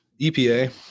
EPA